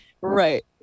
Right